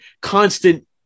Constant